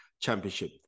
Championship